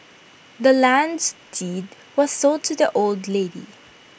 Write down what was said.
the land's deed was sold to the old lady